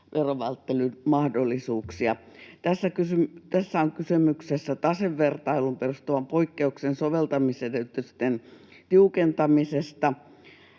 verovälttelymahdollisuuksia. Tässä on kyse tasevertailuun perustuvan poikkeuksen soveltamisedellytysten tiukentamisesta.